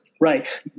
right